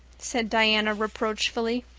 said diana reproachfully.